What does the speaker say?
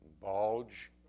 bulge